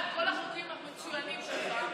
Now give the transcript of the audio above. אנחנו בעד כל החוקים המצוינים שלך.